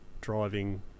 driving